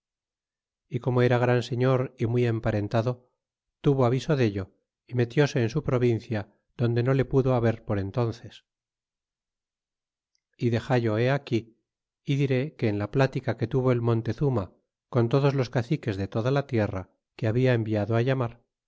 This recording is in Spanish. e como era gran sefulr y muy emparentado tuvo aviso dello y me tise en su provincia donde no le pudo haber por entónces y dexallo he aqui y diré que en la plática que tuvo el montezuma con todos los caciques de toda la tierra que habia enviado llamar